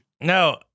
no